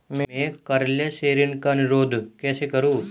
मैं कार्यालय से ऋण का अनुरोध कैसे करूँ?